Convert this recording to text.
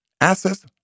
assets